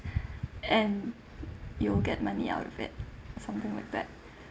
and you'll get money out of it from doing that